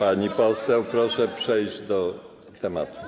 Pani poseł, proszę przejść do tematu.